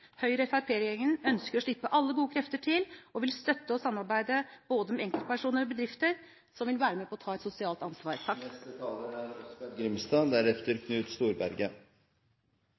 Høyre–Fremskrittsparti-regjeringen ønsker å slippe alle gode krefter til, og vil støtte og samarbeide både med enkeltpersoner og bedrifter som vil være med og ta et sosialt ansvar.